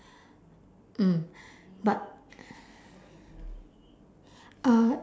mm but uh